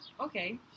okay